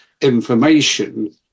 information